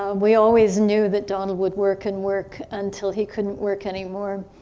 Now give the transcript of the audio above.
ah we always knew that donald would work and work until he couldn't work anymore.